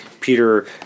Peter